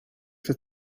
for